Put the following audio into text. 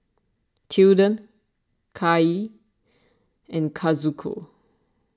Tilden Kaia and Kazuko